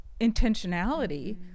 intentionality